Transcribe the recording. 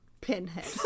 Pinhead